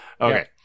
Okay